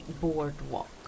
boardwalk